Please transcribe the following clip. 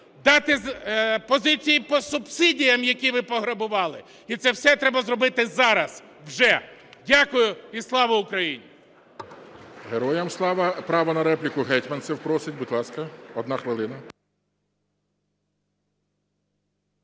дати позиції по субсидіям, які ви пограбували. І це все треба зробити зараз, вже. Дякую. І слава Україні! ГОЛОВУЮЧИЙ. Героям слава! Право на репліку Гетманцев просить. Будь ласка, 1 хвилина.